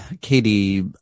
Katie